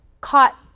caught